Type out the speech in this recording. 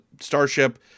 starship